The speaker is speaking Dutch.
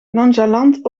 nonchalant